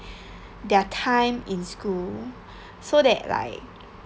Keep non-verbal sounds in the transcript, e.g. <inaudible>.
<breath> their time in school so that like